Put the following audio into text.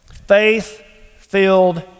faith-filled